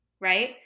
Right